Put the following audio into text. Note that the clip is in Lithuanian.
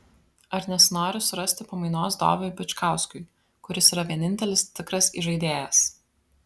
ar nesinori surasti pamainos doviui bičkauskiui kuris yra vienintelis tikras įžaidėjas